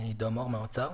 עידו מור מהאוצר.